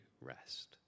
rest